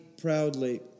proudly